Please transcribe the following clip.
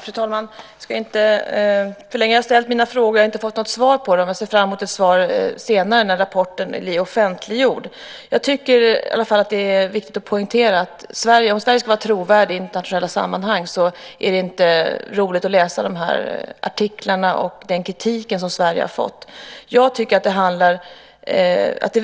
Fru talman! Jag ska inte förlänga debatten. Jag har ställt frågor men inte fått något svar på dem, men jag ser fram emot svar senare när rapporten blir offentliggjord. Jag tycker i alla fall att det är viktigt att poängtera - med tanke på att Sverige ska vara trovärdigt i internationella sammanhang - att det inte är roligt att läsa de här artiklarna och den kritik som Sverige har fått. Jag tycker att det